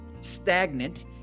stagnant